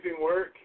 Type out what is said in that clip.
work